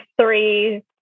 three